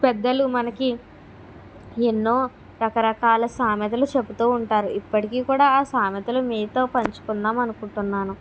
పెద్దలు మనకి ఎన్నో రకరకాల సామెతలు చెబుతు ఉంటారు ఇప్పటికి కూడా ఆ సామెతలు మీతో పంచుకుందాం అనుకుంటున్నాను